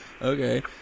Okay